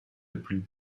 plus